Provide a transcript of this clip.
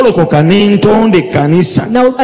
Now